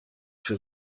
für